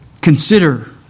Consider